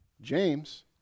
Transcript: James